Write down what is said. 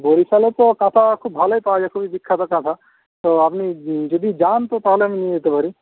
বরিশালে তো কাঁথা খুব ভালোই পাওয়া যায় খুবই বিখ্যাত কাঁথা তো আপনি যদি যান তো তাহলে আমি নিয়ে যেতে পারি